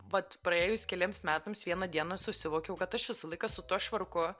vat praėjus keliems metams vieną dieną susivokiau kad aš visą laiką su tuo švarku